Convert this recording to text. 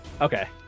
Okay